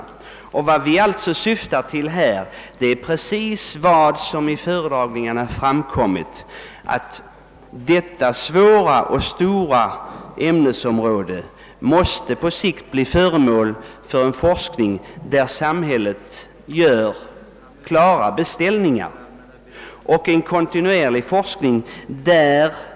Vad vi vill betona är just vad dessa föredragningar har visat, nämligen att detta svåra och stora ämnesområde på längre sikt måste bli föremål för en forskning, grundad på klara beställningar av samhället.